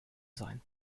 sein